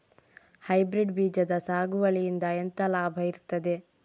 Hybrid ಬೀಜದ ಸಾಗುವಳಿಯಿಂದ ಎಂತ ಲಾಭ ಇರ್ತದೆ?